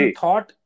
thought